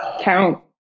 count